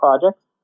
projects